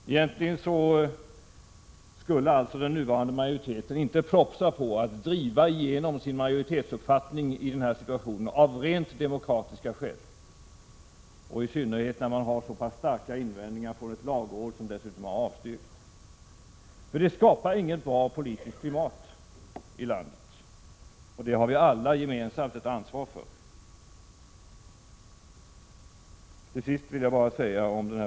Den nuvarande majoriteten skulle alltså egentligen inte propsa på att driva igenom sin majoritetsuppfattning i den här situationen av rent demokratiska skäl — i synnerhet när man har så pass starka invändningar från ett lagråd som dessutom har avstyrkt förslaget. Det skapar inget bra politiskt klimat i landet, och det har vi alla ett gemensamt ansvar för.